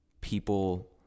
people